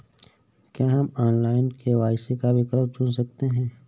क्या हम online KYC का विकल्प चुन सकते हैं?